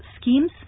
schemes